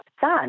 son